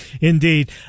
Indeed